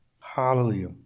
Hallelujah